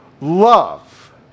Love